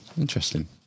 interesting